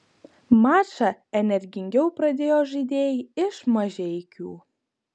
mačą energingiau pradėjo žaidėjai iš mažeikių